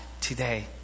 today